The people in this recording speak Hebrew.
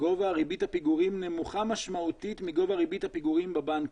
גובה ריבית הפיגורים נמוכה משמעותית מגובה ריבית הפיגורים בבנקים.